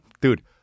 Dude